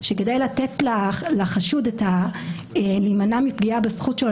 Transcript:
שכדי לתת לחשוד להימנע מפגיעה בזכות שלו,